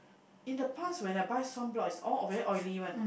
in the past when I buy sunblock it's all very oily one